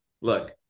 look